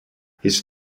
his